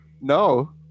No